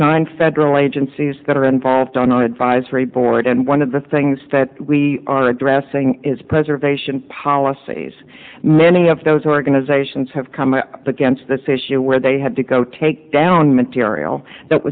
nine federal agencies that are involved on our advisory board and one of the things that we are addressing is preservation policies many of those organizations have come up against this issue where they had to go take down material that